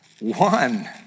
one